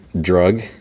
drug